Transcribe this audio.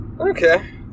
Okay